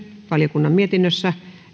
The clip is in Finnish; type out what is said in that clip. valiokunnan mietinnössä